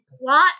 plot